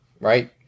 right